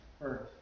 first